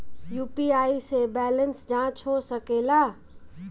UPI से balance जाँच हो सके ला?